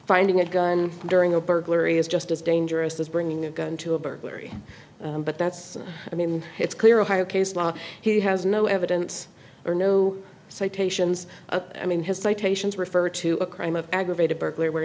finding a gun during a burglary is just as dangerous as bringing a gun to a burglary but that's i mean it's clear ohio case law he has no evidence or no citations i mean his citations refer to a crime of aggravated burglary where